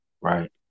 right